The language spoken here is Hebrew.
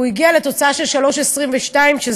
הוא התמודד והוא הגיע לתוצאה של 3:22 שעות,